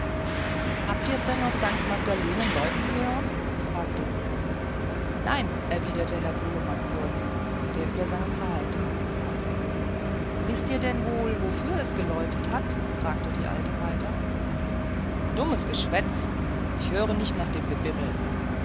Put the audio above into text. habt ihr's denn auf st magdalenen läuten hören fragte sie nein erwiderte herr bulemann kurz der über seinen zahlentafeln saß wißt ihr denn wohl wofür es geläutet hat fragte die alte weiter dummes geschwätz ich höre nicht nach dem gebimmel